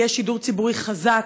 יהיה שידור ציבורי חזק,